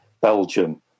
Belgium